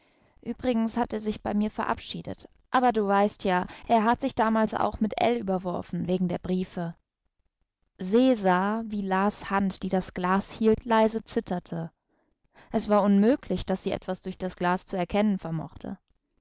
übrigens hat er sich bei mir verabschiedet aber du weißt ja er hat sich damals auch mit ell überworfen wegen der briefe se sah wie las hand die das glas hielt leise zitterte es war unmöglich daß sie etwas durch das glas zu erkennen vermochte